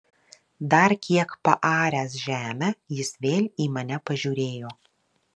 dar kiek paaręs žemę jis vėl į mane pažiūrėjo